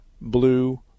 blue